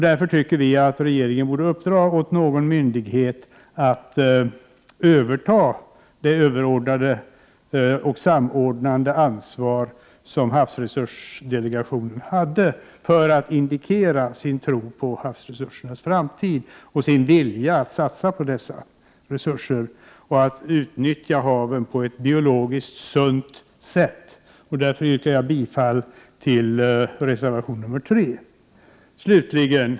Därför tycker vi i miljöpartiet att regeringen borde uppdra åt någon myndighet att överta det överordnande och samordnande ansvaret som havsresursdelegationen hade. Härigenom skulle regeringen kunna indikera sin tro på havsresursernas framtid och vilja att satsa på dessa resurser och att utnyttja havet på ett biologiskt sunt sätt. Jag yrkar bifall till reservation 3.